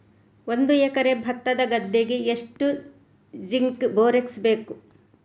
ಒಂದು ಎಕರೆ ಭತ್ತದ ಗದ್ದೆಗೆ ಎಷ್ಟು ಜಿಂಕ್ ಬೋರೆಕ್ಸ್ ಬೇಕು?